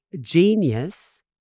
genius